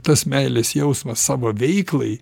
tas meilės jausmas savo veiklai